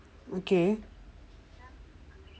okay